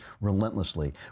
relentlessly